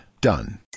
Done